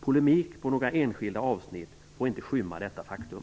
Polemik gällande några enskilda avsnitt får inte skymma detta faktum.